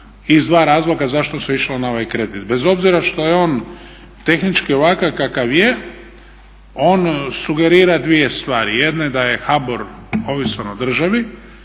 iz dva razloga zašto se išlo na ovaj kredit, bez obzira što je on tehnički ovakav kakav je on sugerira dvije stvari, jedna je da je HBOR ovisan o državi